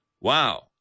wow